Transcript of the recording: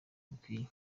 bikwiye